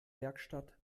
werkstatt